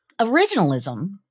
originalism